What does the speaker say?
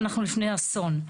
אנחנו לפני אסון,